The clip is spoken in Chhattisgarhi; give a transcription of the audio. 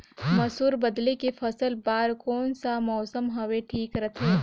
मसुर बदले के फसल बार कोन सा मौसम हवे ठीक रथे?